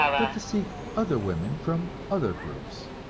but to seek other women from other groups.